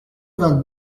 vingts